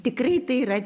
tikrai tai yra